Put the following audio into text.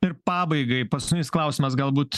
ir pabaigai paskutinis klausimas galbūt